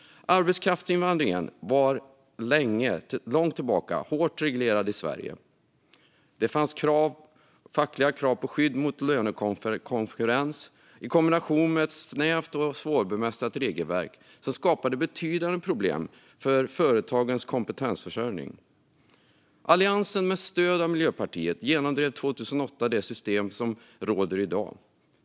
Arbetskraftsinvandringen har länge varit hårt reglerad i Sverige. Det fanns fackliga krav på skydd mot lönekonkurrens i kombination med ett snävt och svårbemästrat regelverk som skapade betydande problem för företagens kompetensförsörjning. Alliansen, med stöd av Miljöpartiet, genomdrev 2008 det system som råder i dag.